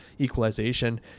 equalization